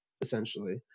essentially